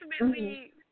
ultimately